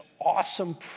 awesome